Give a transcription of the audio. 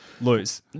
Lose